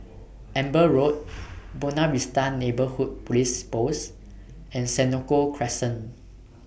Amber Road Buona Vista Neighbourhood Police Post and Senoko Crescent